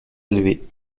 élevé